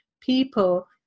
people